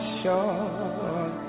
sure